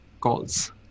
calls